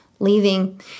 leaving